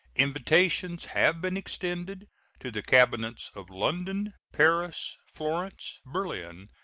invitations have been extended to the cabinets of london, paris, florence, berlin,